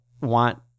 want